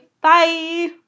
Bye